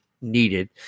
needed